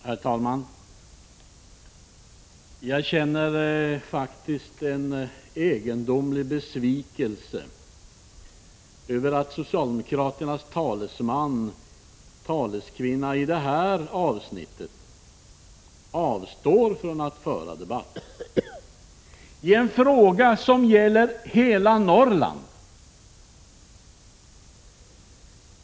Herr talman! Jag känner faktiskt en egendomlig besvikelse över att socialdemokraternas talesman i det här avsnittet avstår från att föra en debatt i en fråga som gäller hela Norrland.